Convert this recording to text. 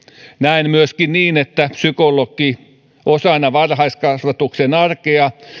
näen myöskin niin että psykologi osana varhaiskasvatuksen arkea